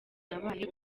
yabaye